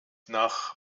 nach